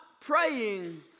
praying